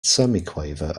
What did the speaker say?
semiquaver